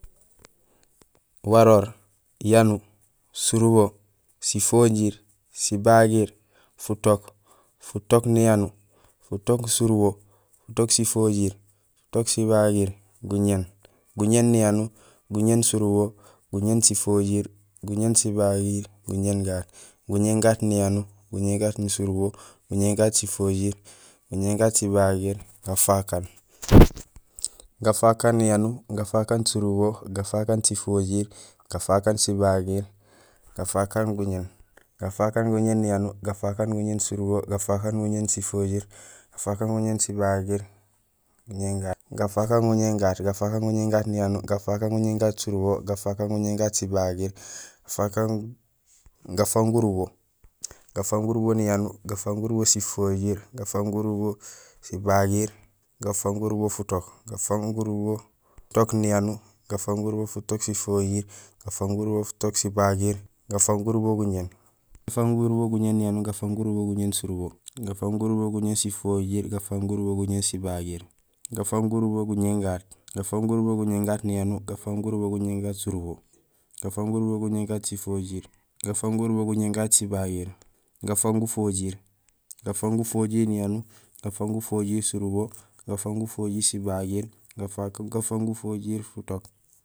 Waroor, yanuur, surubo, sifojiir, sibagiir, futook, futook niyanuur, futook surubo, futook sifojiir, futook sibagiir, guñéén, guñéén niyanuur, guñéén surubo, guñéén sifojiir, guñéén sibagiir, guñéén gaat, guñéén gaat niyanuur, guñéén gaat surubo, guñéén gaat sifojiir, guñéén gaat sibagiir, gafakaan, gafakaan niyanuur, gafakaan surubo, gafakaan sifojiir, gafakaan sibagiir, gafakaan futokk. gafakaan futook niyanuur, gafakaan futook surubo, gafakaan futook sifojiir, gafakaan futook sibagiir, gafakaan guñéén, gafakaan guñéén niyanuur, gafakaan guñéén surubo, gafakaan guñéén sifojiir, gafakaan guñéén sibagiir, gafakaan guñéén gaat, gafakaan guñéén gaat niyanuur, gafakaan guñéén gaat surubo, gafakaan guñéén gaat sifojiir, gafakaan guñéén gaat sibagiir, gafaak bugaan gurubo, gafaak bugaan gurubo niyanuur, gafaak bugaan gurubo surubo, gafaak bugaan gurubo sifojiir, gafaak bugaan gurubo sibagiir, gafaak bugaan gurubo futook, gafaak bugaan gurubo futook niyanuur, gafaak bugaan gurubo futook surubo, gafaak bugaan gurubo futook sifojiir, gafaak bugaan gurubo futook sibagiir, gafaakbugaan gurubo guñéén, gafaak bugaan gurubo guñéén niyanuur, gafaak bugaan gurubo guñéén surubo, gafaak bugaan gurubo guñéén sifojiir, gafaak bugaan gurubo guñéén sibagiir, gafaak bugaan gurubo guñéén gaat, gafaak bugaan gurubo guñéén gaat niyanuur, gafaak bugaan gurubo guñéén gaat surubo, gafaak bugaan gurubo guñéén gaat sifojiir, gafaak bugaan gurubo guñéén gaat sibagiir, gafaak bugaan gufojiir, gafaak bugaan gufojiir niyanuur, gafaak bugaan gufojiir surubo, gafaak bugaan gufojiir sifojiir, gafaak bugaan gufojiir sibagiir, gafaak bugaan gufojiir futook